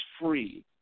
free